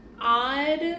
Odd